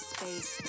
Space